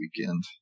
weekend